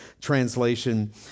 Translation